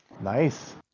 Nice